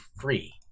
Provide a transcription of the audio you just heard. free